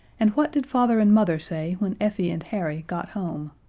and what did father and mother say when effie and harry got home?